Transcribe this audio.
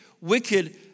wicked